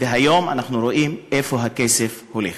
והיום אנחנו רואים לאן הכסף הולך.